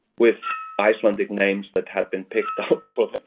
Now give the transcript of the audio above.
with icelandic names that had been picked out for them.